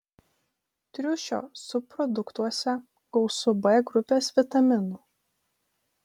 triušio subproduktuose gausu b grupės vitaminų